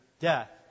death